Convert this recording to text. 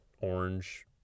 orange